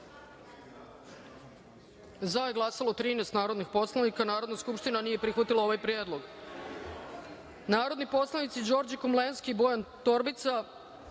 glasanje: za – 13 narodnih poslanika. Narodna skupština nije prihvatila ovaj predlog. Narodni poslanici Đorđe Komlenski i Bojan Torbica